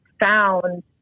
found